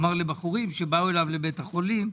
אמרו לי בחורים שבאו אליו לבית החולים.